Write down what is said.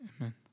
amen